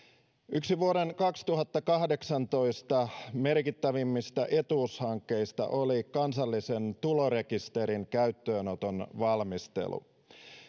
yksi vuoden kaksituhattakahdeksantoista merkittävimmistä etuushankkeista oli kansallisen tulorekisterin käyttöönoton valmistelu